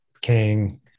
King